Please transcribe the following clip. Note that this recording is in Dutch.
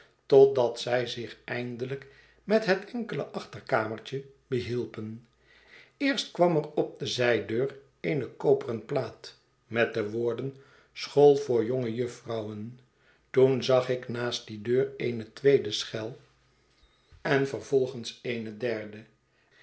totdat zij zich eindelijk met het enkele achterkamertje behielpen eerst kwam er op d e zij deur eene koperen plaat met de woorden school voor jonge jufvrouwen toen zagik naast die deur eene tweede schel en vervolgens eene derde